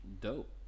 dope